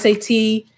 SAT